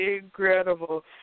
incredible